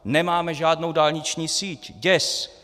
Nemáme žádnou dálniční síť, děs!